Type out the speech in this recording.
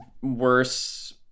worse